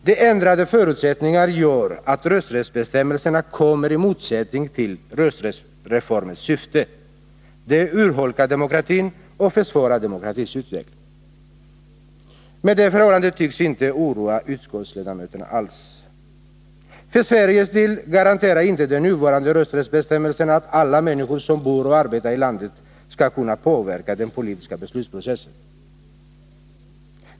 De ändrade förutsättningarna gör att rösträttsbestämmelserna kommer i motsättning till rösträttsreformens syfte, de urholkar demokratin och försvårar demokratins utveckling. Men det förhållandet tycks inte oroa utskottsledamöterna alls. För Sveriges del garanterar inte de nuvarande rösträttsbestämmelserna att alla människor som bor och arbetar i landet skall kunna påverka den politiska beslutsprocessen.